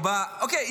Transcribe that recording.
אוקיי,